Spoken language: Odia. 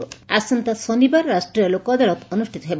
ଲୋକଅଦାଲତ ଆସନ୍ତା ଶନିବାର ରାଷ୍ଟ୍ରୀୟ ଲୋକଅଦାଲତ ଅନୁଷ୍ପିତ ହେବ